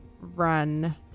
run